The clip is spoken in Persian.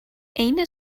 عین